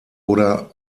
oder